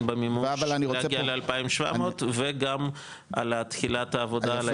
במימון להגיע ל-2,700 וגם על תחילת העבודה על ההסכם החדש.